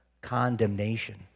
condemnation